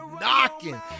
knocking